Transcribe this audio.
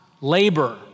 labor